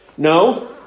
No